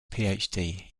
phd